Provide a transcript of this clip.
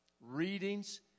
readings